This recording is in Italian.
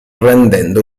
rendendo